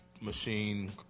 machine